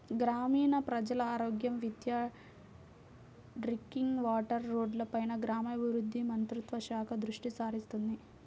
గ్రామీణ ప్రజల ఆరోగ్యం, విద్య, డ్రింకింగ్ వాటర్, రోడ్లపైన గ్రామీణాభివృద్ధి మంత్రిత్వ శాఖ దృష్టిసారిస్తుంది